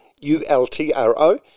U-L-T-R-O